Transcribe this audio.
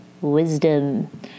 wisdom